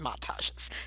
montages